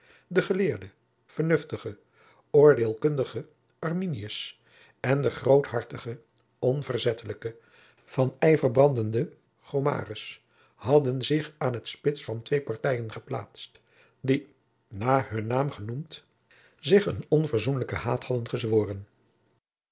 de geleerde vernuftige oordeelkundige arminius en de groothartige onverzettelijke van iever brandende gomarus hadden zich aan t spits van twee partijen geplaatst die na hun naam genoemd zich een onverzoenlijken haat hadden gezworen